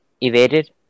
evaded